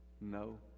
No